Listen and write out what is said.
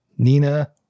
Nina